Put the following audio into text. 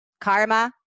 karma